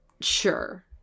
Sure